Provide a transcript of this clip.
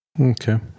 Okay